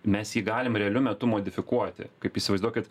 mes jį galim realiu metu modifikuoti kaip įsivaizduokit